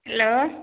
hello